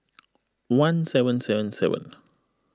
one seven seven seven